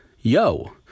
yo